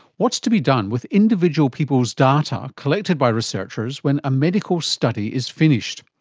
what's to be done with individual people's data collected by researchers when a medical study is finished?